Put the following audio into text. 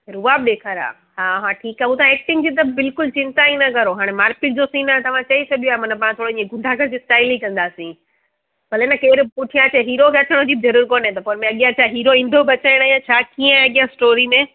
रुबाबु ॾेखाररियां हा हा ठीकु आहे हो त एक्टिंग जी त बिल्कुलु चिंता ई न कयो हाणे मार पीट जो सिन आहे त तव्हां चई छॾियो आहे माना मां तव्हां गुंडा गर्दी स्टाइल ई कंदासीं भले न केरु पुठियां जड़ी हीरो खे अचण जी ज़रूरत कोन्हे त पोइ अॻियां छा हीरो ईंदो बचाइण छा कीअं अॻियां स्टोरी में